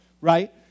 right